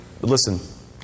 Listen